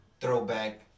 Throwback